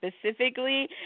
specifically